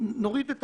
נוריד את